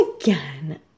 again